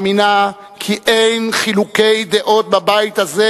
מאמינה כי אין חילוקי דעות בבית הזה